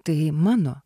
tai mano